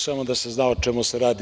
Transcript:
Samo da se zna o čemu se radi.